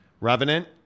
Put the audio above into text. Revenant